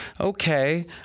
okay